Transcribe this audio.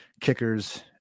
kickers